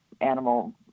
animal